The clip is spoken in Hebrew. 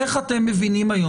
איך אתם מבינים היום